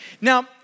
Now